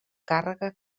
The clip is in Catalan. càrrega